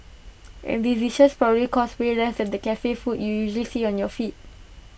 and these dishes probably cost way less than the Cafe food you usually see on your feed